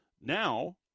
Now